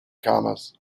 commas